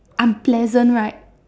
unpleasant right